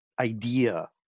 idea